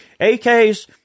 AKs